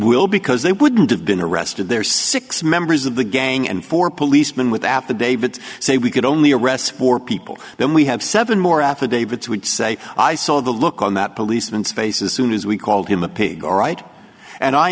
will because they wouldn't have been arrested there six members of the gang and four policemen with affidavits say we could only arrest four people then we have seven more affidavits would say i saw the look on that policeman's faces soon as we called him a pig all right and i